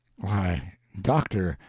why, doctor,